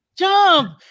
Jump